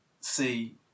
see